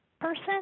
person